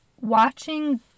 watching